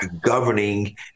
governing